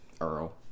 Earl